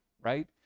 right